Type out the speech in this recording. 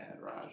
Raj